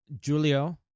Julio